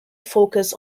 focus